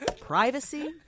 privacy